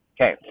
Okay